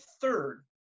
third